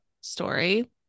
story